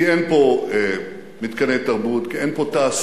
כי אין פה מתקני תרבות, כי אין פה תעסוקה,